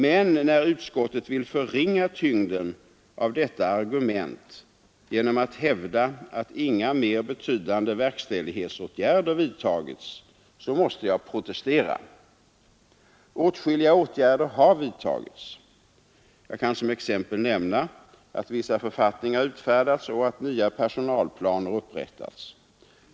Men när utskottet vill förringa tyngden av detta argument genom att hävda att inga mer betydande verkställighetsåtgärder vidtagits, måste jag protestera. Åtskilliga åtgärder har vidtagits. Jag kan som exempel nämna att vissa författningar utfärdats och att nya personalplaner upprättats.